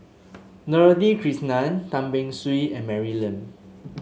Dorothy Krishnan Tan Beng Swee and Mary Lim